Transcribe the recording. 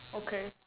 okay